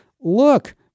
look